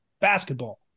basketball